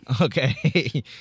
Okay